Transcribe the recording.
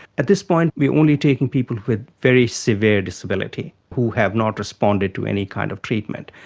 at this point we only taking people with very severe disability who have not responded to any kind of treatment.